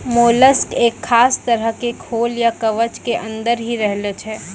mollusc एक खास तरह के खोल या कवच के अंदर हीं रहै छै